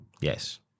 Yes